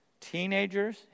Teenagers